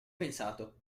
pensato